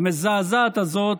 המזעזעת הזאת,